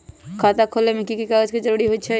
खाता खोले में कि की कागज के जरूरी होई छइ?